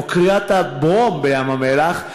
או כריית הברום בים-המלח,